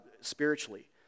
spiritually